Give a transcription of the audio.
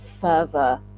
further